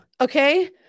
okay